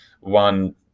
one